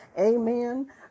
amen